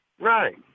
Right